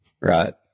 right